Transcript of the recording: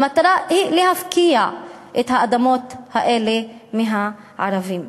המטרה היא להפקיע את האדמות האלה מהערבים.